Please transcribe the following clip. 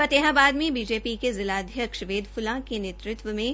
फतेहाबाद मे बीजेपी के जिलाध्यक्ष वेद फुलां के नेतृत्व मे